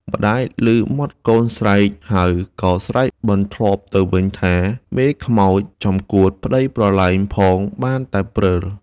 ម្ដាយឮមាត់កូនស្រែកហៅ ក៏ស្រែកសន្ធាប់ទៅវិញថា “ខ្មោចមេ ចំកួតប្ដីប្រលែងផងបានតែព្រើល” ។